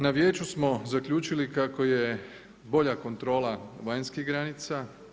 Na vijeću smo zaključili kako je bolja kontrola vanjskih granica.